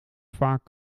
vaak